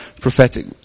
prophetic